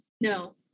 no